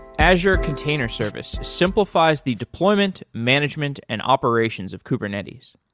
azure container service simplifies the deployment, management and operations of kubernetes.